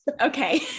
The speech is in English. Okay